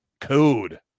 code